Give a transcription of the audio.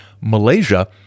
Malaysia